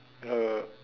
uh